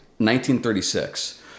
1936